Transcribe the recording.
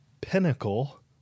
pinnacle